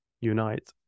unite